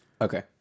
Okay